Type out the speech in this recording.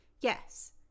Yes